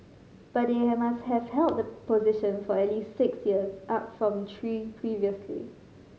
but they have must have held the position for at least six years up from three previously